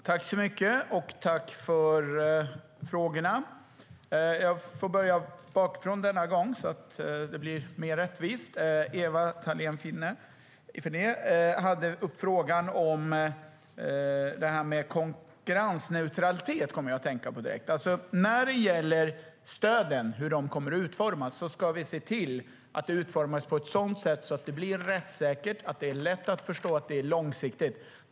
Herr talman! Jag tackar för frågorna. Jag börjar bakifrån denna gång så att det blir mer rättvist. Ewa Thalén Finné frågade om konkurrensneutralitet. När det gäller utformningen av stöden ska vi se till att de blir rättssäkra, lätta att förstå och långsiktiga.